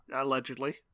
allegedly